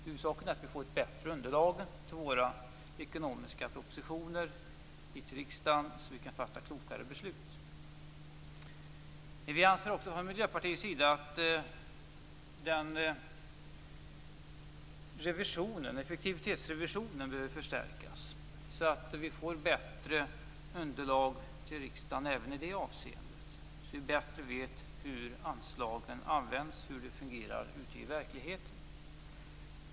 Huvudsaken är att vi får ett bättre underlag till de ekonomiska propositionerna så att vi kan fatta klokare beslut. Vi i Miljöpartiet anser att effektivitetsrevisionen behöver förstärkas så att vi får bättre underlag till riksdagen i det avseendet, så att vi bättre vet hur anslagen används, hur det fungerar ute i verkligheten.